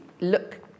look